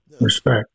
Respect